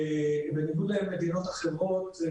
ובניגוד למדינות אחרות,